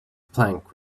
plank